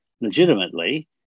legitimately